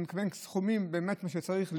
אני מתכוון סכומים באמת כמו שצריכים להיות,